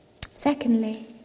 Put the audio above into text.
Secondly